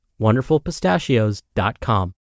wonderfulpistachios.com